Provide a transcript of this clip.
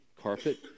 carpet